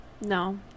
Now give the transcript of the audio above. No